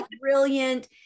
brilliant